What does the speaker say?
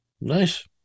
Nice